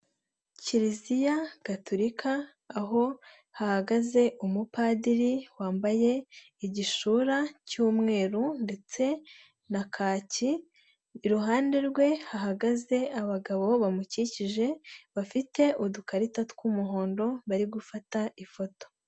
Kiliziya gatulika aho hahagaze umupadiri wambaye igishura cy'umweru ndetse na kaki, iruhande rwe hahagaze abagabo bamukikije, bafite udukarita tw'umuhondo bari gufata ifoto.